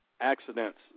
accidents